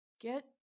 Get